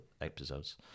episodes